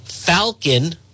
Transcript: Falcon